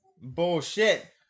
Bullshit